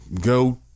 go